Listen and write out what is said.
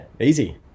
easy